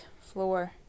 floor